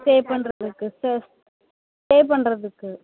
பே பண்ணுறதுக்கு ச பே பண்ணுறதுக்கு